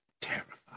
terrified